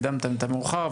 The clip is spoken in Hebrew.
אתה הקדמת את המאוחר.